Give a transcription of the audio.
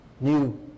New